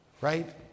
Right